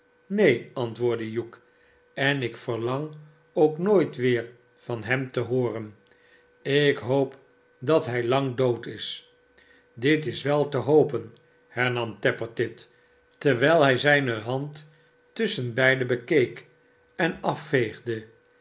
nee antwoordde hugh sen ik verlang ook nooit weer van hem tehooren ik hoop dat hij lang dood is dit is wel te hopen hernam tappertit terwijl hij zijne hand tusschenbeide bekeek en afveegde